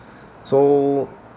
so